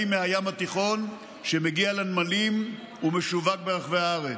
מהים התיכון שמגיע לנמלים ומשווק ברחבי הארץ.